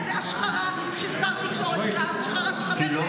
וזאת השחרה של שר תקשורת וזאת השחרה של חבר כנסת.